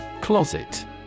Closet